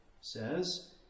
says